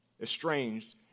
estranged